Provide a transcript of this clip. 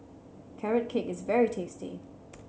Carrot Cake is very tasty